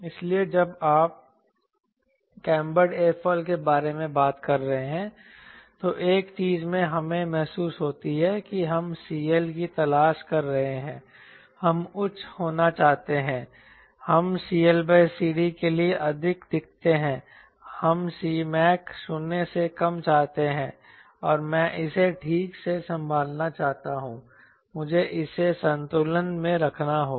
इसलिए जब आप कैम्ब्रड एयरोफिल के बारे में बात कर रहे हैं तो एक चीज जो हमें महसूस होती है कि हम CL की तलाश कर रहे हैं हम उच्च होना चाहते हैं हम CLCD के लिए अधिक दिखते हैं हम Cmac 0 से कम चाहते हैं और मैं इसे ठीक से संभालना चाहता हूं मुझे इसे संतुलन में रखना होगा